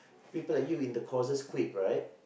people like you in the courses quit right